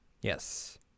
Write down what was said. Yes